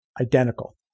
identical